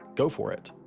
go for it.